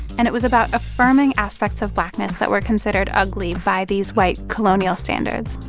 and it was about affirming aspects of blackness that were considered ugly by these white, colonial standards.